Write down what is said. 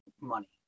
money